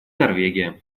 норвегия